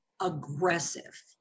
aggressive